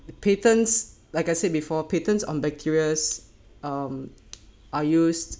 patterns like I said before patents on bacterias are used